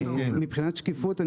מבחינת שקיפות,